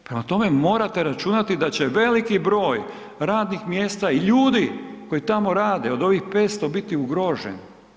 Prema tome, morate računati da će veliki broj radnih mjesta i ljudi koji tamo rade od ovih 500 biti ugroženi.